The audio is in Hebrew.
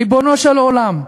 "ריבונו של עולם,